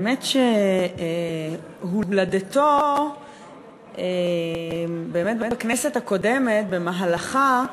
האמת שהולדתו בכנסת הקודמת, במהלכה,